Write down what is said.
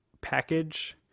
package